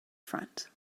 front